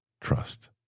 trust